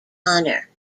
honor